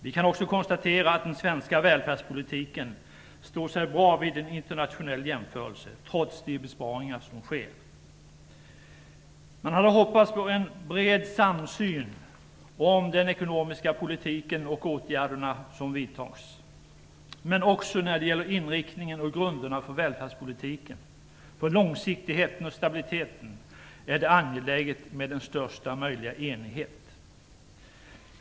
Vi kan också konstatera att den svenska välfärdspolitiken står sig bra vid en internationell jämförelse, trots de besparingar som sker. Man hade hoppats på en bred samsyn i fråga om den ekonomiska politiken och de åtgärder som vidtas och också när det gäller inriktningen och grunderna för välfärdspolitiken. För långsiktigheten och stabiliteten är det angeläget med största möjliga enighet.